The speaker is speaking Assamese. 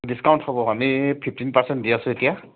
ডিচকাউণ্ট হ'ব আমি ফিফ্টিন পাৰ্চেণ্ট দি আছোঁ এতিয়া